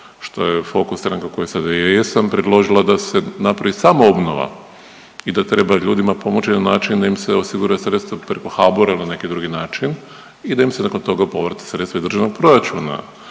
što je Fokus, stranka u kojoj sada ja jesam, predložila da se napravi samoobnova i da treba ljudima pomoći na način da im se osigura sredstva preko HBOR-a ili na neki drugi način i da im se nakon toga povrate sredstva iz državnog proračuna,